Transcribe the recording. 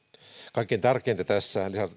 kaikkein tärkeintä tässä